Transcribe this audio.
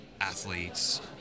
athletes